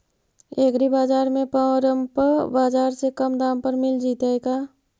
एग्रीबाजार में परमप बाजार से कम दाम पर मिल जैतै का?